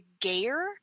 gayer